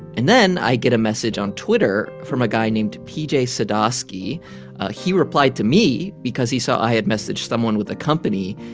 and then i get a message on twitter from a guy named p j. sodaski he replied to me because he saw i had messaged someone with the company.